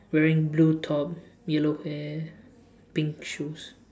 wearing blue top yellow hair pink shoes